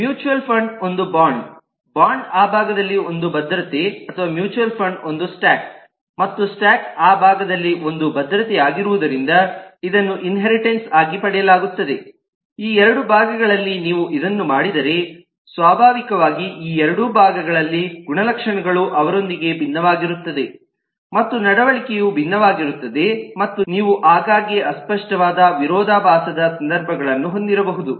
mutual fund ಒಂದು bond bond ಆ ಭಾಗದಲ್ಲಿ ಒಂದು ಭದ್ರತೆ ಅಥವಾ ಮ್ಯೂಚುವಲ್ ಫಂಡ್ ಒಂದು ಸ್ಟೋಕ್ ಮತ್ತು ಸ್ಟೋಕ್ ಆ ಭಾಗದಲ್ಲಿ ಒಂದು ಭದ್ರತೆಯಾಗಿರುವುದರಿಂದ ಇದನ್ನು ಇನ್ಹೇರಿಟೆನ್ಸ್ ಆಗಿ ಪಡೆಯಲಾಗುತ್ತದೆ ಈ ಎರಡೂ ಭಾಗಗಳಲ್ಲಿ ನೀವು ಇದನ್ನು ಮಾಡಿದರೆ ಸ್ವಾಭಾವಿಕವಾಗಿ ಈ ಎರಡೂ ಭಾಗಗಳಲ್ಲಿ ಗುಣಲಕ್ಷಣಗಳು ಅವರೊಂದಿಗೆ ಭಿನ್ನವಾಗಿರುತ್ತದೆ ಮತ್ತು ನಡವಳಿಕೆಯು ಭಿನ್ನವಾಗಿರುತ್ತದೆ ಮತ್ತು ನೀವು ಆಗಾಗ್ಗೆ ಅಸ್ಪಷ್ಟವಾದ ವಿರೋಧಾಭಾಸದ ಸಂದರ್ಭಗಳನ್ನು ಹೊಂದಿರಬಹುದು